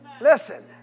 Listen